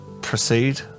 proceed